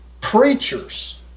preachers